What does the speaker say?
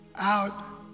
out